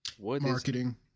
Marketing